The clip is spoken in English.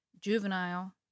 juvenile